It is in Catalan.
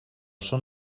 són